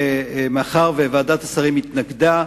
מאחר שוועדת השרים התנגדה,